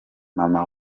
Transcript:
mama